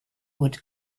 would